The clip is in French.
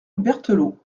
berthelot